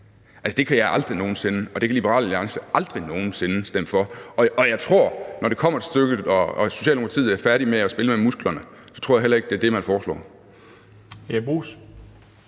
det kommer til stykket og Socialdemokratiet er færdige med at spille med musklerne, så tror jeg heller ikke, at det er det, man foreslår.